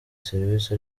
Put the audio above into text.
serivisi